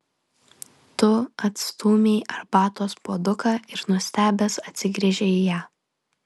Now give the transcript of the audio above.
tu atstūmei arbatos puoduką ir nustebęs atsigręžei į ją